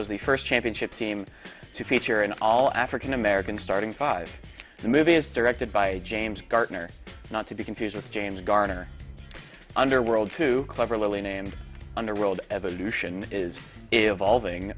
was the first championship team to feature an all african american starting five the movie is directed by james gartner not to be confused with james garner underworld two cleverly named underworld evolution is evolving